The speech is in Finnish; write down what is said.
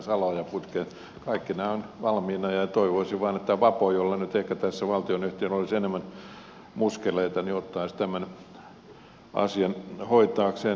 kaikki nämä ovat valmiina ja toivoisin vain että vapo jolla nyt ehkä tässä valtionyhtiönä olisi enemmän muskeleita ottaisi tämän asian hoitaakseen